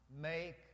make